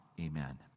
Amen